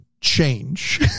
change